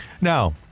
Now